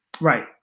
Right